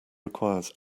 requires